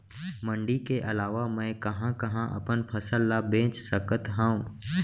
मण्डी के अलावा मैं कहाँ कहाँ अपन फसल ला बेच सकत हँव?